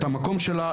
את המקום שלה,